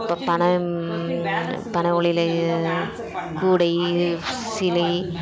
இப்போ பனை பனை ஓலையில் கூடை சிலை